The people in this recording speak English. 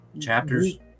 chapters